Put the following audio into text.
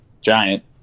giant